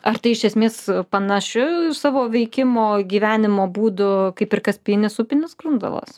ar tai iš esmės panašiu savo veikimo gyvenimo būdu kaip ir kaspijinis upinis grundalas